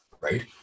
right